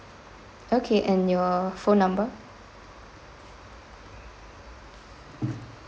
okay and your phone number